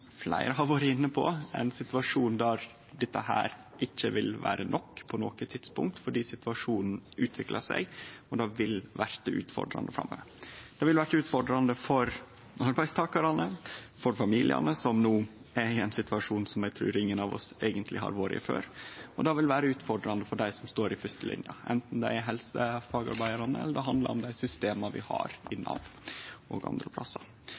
fleire har vore inne på, ein situasjon der dette ikkje vil vere nok på noko tidspunkt fordi situasjonen utviklar seg og det vil bli utfordrande framover. Det vil bli utfordrande for arbeidstakarane, for familiane som no er i ein situasjon som eg trur ingen av oss eigentleg har vore i før, og det vil vere utfordrande for dei som står i førstelinja, anten det er helsefagarbeidarane, eller det handlar om dei systema vi har i Nav og andre plassar.